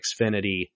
Xfinity